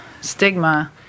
stigma